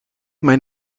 mijn